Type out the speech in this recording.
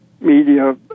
media